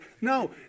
No